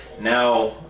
Now